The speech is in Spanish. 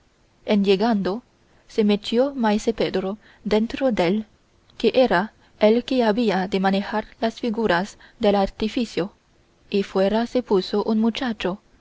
en llegando se metió maese pedro dentro dél que era el que había de manejar las figuras del artificio y fuera se puso un muchacho